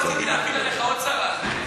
לא רצינו להפיל עליך עוד צרה,